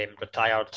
Retired